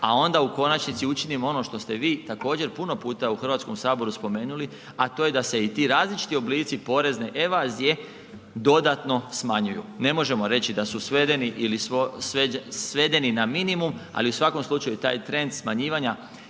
a onda u konačnici učinimo ono što ste vi također puno puta u Hrvatskom saboru spomenuli a to je da se i ti različiti oblici porezne evazije dodatno smanjuju. Ne možemo reći da su svedeni ili svedeni na minimum ali u svakom slučaju taj trend smanjivanja